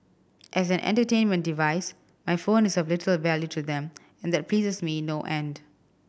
as an entertainment device my phone is of little value to them and that pleases me no end